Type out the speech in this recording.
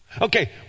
Okay